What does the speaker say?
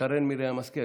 שרן מרים השכל,